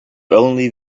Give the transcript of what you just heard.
only